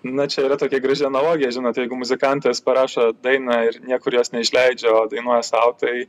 na čia yra tokia graži analogija žinot jeigu muzikantas parašo dainą ir niekur jos neišleidžia o dainuoja sau tai